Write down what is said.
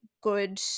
good